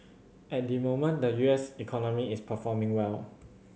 at the moment the U S economy is performing well